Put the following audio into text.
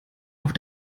auf